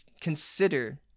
consider